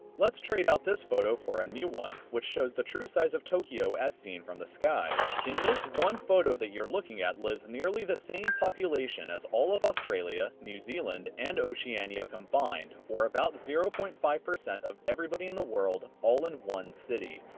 let's trade out this photo for a new one, which shows the true size of tokyo as seen from the sky. in this one photo that you're looking at, lives nearly the same population as all of australia, new zealand, and oceania combined, or about zero point five of everybody in the world, all in one city.